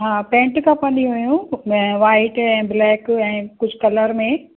हा पैंट खपंदी हुयूं वाइट ऐं ब्लेक ऐं कुझु कलर में